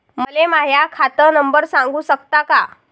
मले माह्या खात नंबर सांगु सकता का?